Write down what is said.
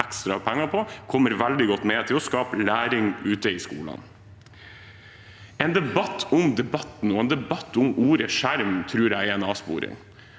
ekstra penger til, kommer veldig godt med for å skape læring ute i skolene. En debatt om debatten og en debatt om ordet «skjerm» tror jeg er en avsporing.